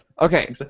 Okay